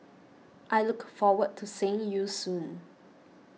I look forward to seeing you soon